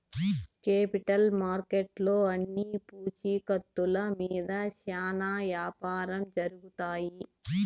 capital మార్కెట్లో అన్ని పూచీకత్తుల మీద శ్యానా యాపారం జరుగుతాయి